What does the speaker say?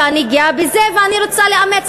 ואני גאה בזה ואני רוצה לאמץ,